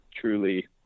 truly